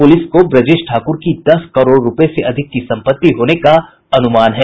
police को ब्रजेश ठाकुर की दस करोड़ रूपये से अधिक की संपत्ति होने का अनुमान है